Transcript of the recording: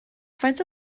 faint